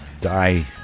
die